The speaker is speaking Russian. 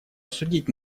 осудить